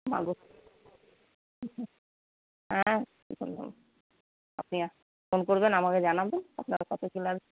মাগুর হ্যাঁ আপনি ফোন করবেন আমাকে জানাবেন আপনার কথা শুনে